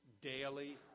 daily